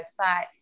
website